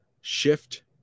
shift